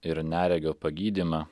ir neregio pagydymą